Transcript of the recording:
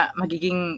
magiging